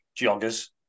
joggers